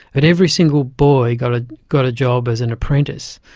but every single boy got ah got a job as an apprentice.